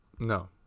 No